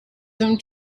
them